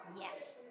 yes